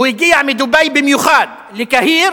הוא הגיע מדובאי במיוחד לקהיר